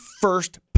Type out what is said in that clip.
first